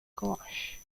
gosh